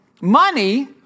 Money